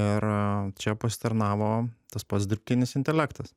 ir čia pasitarnavo tas pats dirbtinis intelektas